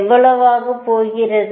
எவ்வளவாக போகிறது